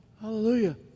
hallelujah